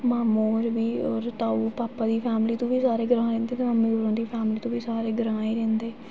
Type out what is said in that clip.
मामू होर बी होर ताऊ भापा दी फैमली तू बी सारे ग्रांऽ रैह्ंदे ते मम्मी दी फैमली तो बी सारे ग्रांऽ ई रैह्ंदे